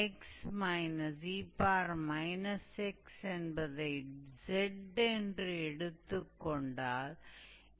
हम सिर्फ से विभाजित कर रहे हैं या हम नुमीरटोर और डेनोमिनटोर दोनों को से गुणा कर रहे हैं